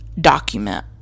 document